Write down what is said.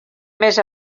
més